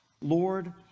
Lord